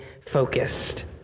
focused